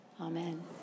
Amen